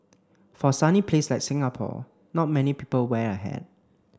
for a sunny place like Singapore not many people wear a hat